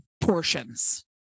portions